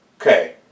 okay